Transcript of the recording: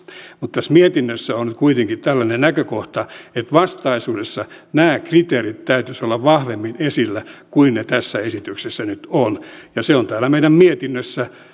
mutta tässä mietinnössä on kuitenkin tällainen näkökohta että vastaisuudessa näiden kriteerien täytyisi olla vahvemmin esillä kuin ne tässä esityksessä nyt ovat se on tänne meidän mietintöön